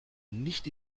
nicht